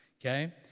okay